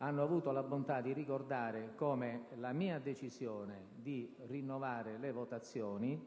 hanno avuto la bontà di ricordare come la mia decisione di rinnovare le votazioni